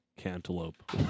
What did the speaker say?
Cantaloupe